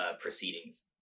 proceedings